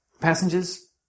passengers